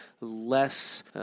less